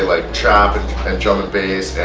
like trap, and and drum n' bass,